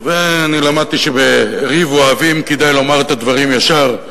ואני למדתי שבריב אוהבים כדאי לומר את הדברים ישר,